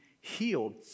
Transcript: healed